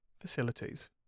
facilities